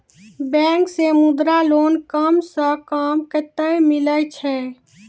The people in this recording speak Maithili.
बैंक से मुद्रा लोन कम सऽ कम कतैय मिलैय छै?